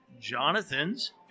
Jonathan's